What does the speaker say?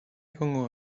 egongo